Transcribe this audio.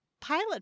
pilot